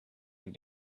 and